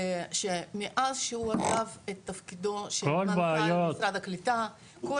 שמאז שהוא עזב את תפקידו של --- משרד הקליטה כל